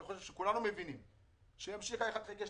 אני חושב שכולנו מבין שימשיך ה-1/12.